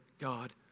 God